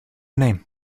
name